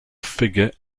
figure